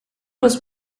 was